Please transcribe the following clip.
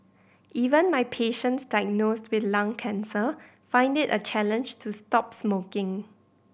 even my patients diagnosed with lung cancer find it a challenge to stop smoking